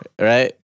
Right